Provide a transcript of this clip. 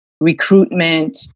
recruitment